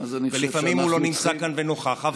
ולפעמים הוא לא נמצא כאן ונוכח.